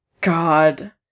God